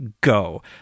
go